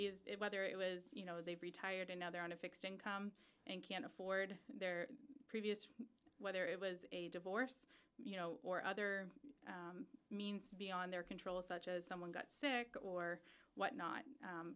for whether it was you know they've retired and now they're on a fixed income and can't afford their previous whether it was a divorce you know or other means beyond their control such as someone got sick or what